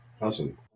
Awesome